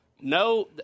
No